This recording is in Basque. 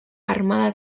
armada